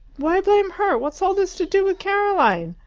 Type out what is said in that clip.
why blame her? what's all this to do with caroline?